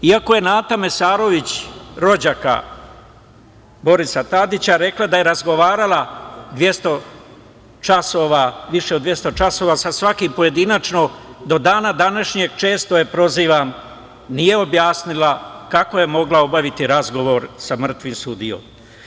Iako je Nata Mesarović, rođaka Borisa Tadića, rekla da je razgovarala više od 200 sati sa svakim pojedinačno, do dana današnjeg, često je prozivam, nije objasnila kako je mogla obaviti razgovor sa mrtvim sudijom.